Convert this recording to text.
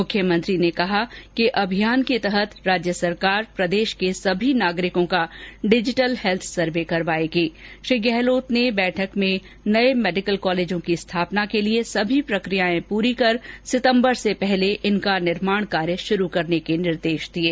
मुख्यमंत्री ने कहा कि अभियान के तहत राज्य सरकार प्रदेश के सभी नागरिकों का डिजिटल हैल्थ सर्वे करवाएगी श्री गहलोत ने बैठक में नए मेडिकल कॉलेजों की स्थापना के लिये सभी प्रक्रियाएं पूरी कर सितम्बर से पहले इनका निर्माण कार्य शुरू करने के निर्देश दिये